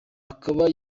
akaba